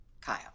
Kyle